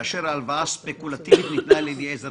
כאשר הלוואה ספקולטיבית ניתנה לאליעזר